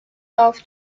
off